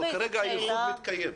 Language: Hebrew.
אבל הייחוד מתקיים.